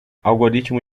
algoritmo